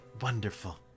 wonderful